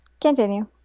continue